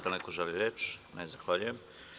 Da li neko želi reč? (Ne) Zahvaljujem.